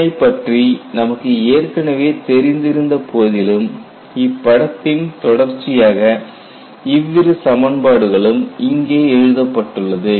இதனைப்பற்றி நமக்கு ஏற்கனவே தெரிந்திருந்த போதிலும் இப்படத்தின் தொடர்ச்சியாக இவ்விரு சமன்பாடுகளும் இங்கே எழுதப்பட்டுள்ளது